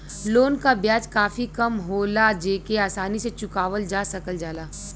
loan क ब्याज काफी कम होला जेके आसानी से चुकावल जा सकल जाला